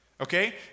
Okay